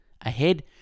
ahead